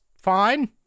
fine